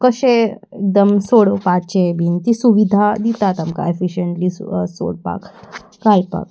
कशे एकदम सोडपाचे बीन ती सुविधा दितात आमकां एफिशियंटली सु सोडपाक घालपाक